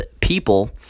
people